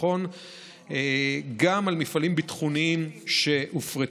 הביטחון גם על מפעלים ביטחוניים שהופרטו.